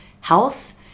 health